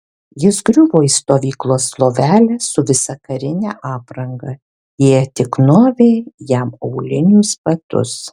jis griuvo į stovyklos lovelę su visa karine apranga jie tik nuavė jam aulinius batus